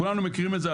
כולנו מכירים את זה,